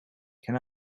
can